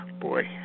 boy